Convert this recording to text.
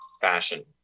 fashion